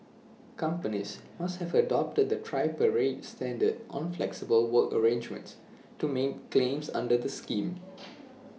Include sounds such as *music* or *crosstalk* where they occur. companies must have adopted the tripartite standard on flexible work arrangements to make claims under the scheme *noise*